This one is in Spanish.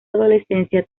adolescencia